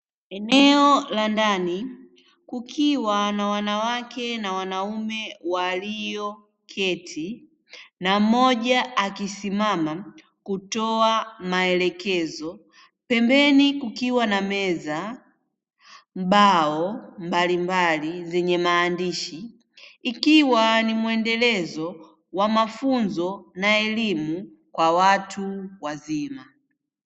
Eneo la ndani kukiwa na wanawake na wanaume walioketi na mmoja akisimama kutoa maelekezo, pembeni kukiwa na meza mbao mbalimbali zenye maandishi ikiwa ni mwendelezo wa mafunzo na elimu kwa watu wazima.